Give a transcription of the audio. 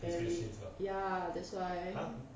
barry ya that's why